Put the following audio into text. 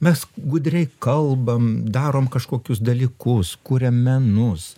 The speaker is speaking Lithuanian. mes gudriai kalbam darom kažkokius dalykus kuriam menus